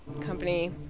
company